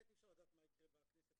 הוועדה הזאת איננה ועדה סטטוטורית בכנסת,